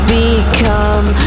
become